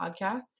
podcasts